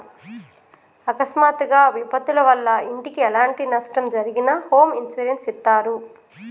అకస్మాత్తుగా విపత్తుల వల్ల ఇంటికి ఎలాంటి నష్టం జరిగినా హోమ్ ఇన్సూరెన్స్ ఇత్తారు